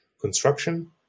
construction